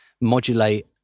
modulate